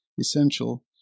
essential